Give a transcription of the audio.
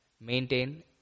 maintain